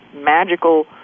magical